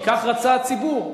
כי כך רצה הציבור.